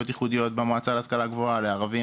ייחודיות במועצה להשכלה גבוהה; לערבים,